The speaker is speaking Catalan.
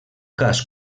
cas